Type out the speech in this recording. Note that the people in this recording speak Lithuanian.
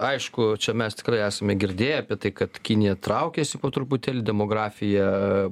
aišku čia mes tikrai esame girdėję apie tai kad kinija traukiasi po truputėlį demografija